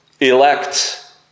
Elect